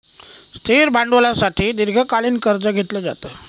स्थिर भांडवलासाठी दीर्घकालीन कर्ज घेतलं जातं